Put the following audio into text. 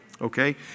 okay